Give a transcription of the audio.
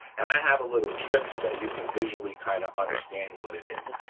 and i have a little trick so that you can visually kinda understand what it is.